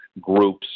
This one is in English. groups